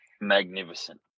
magnificent